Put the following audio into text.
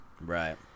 Right